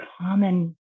common